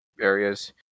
areas